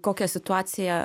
kokią situaciją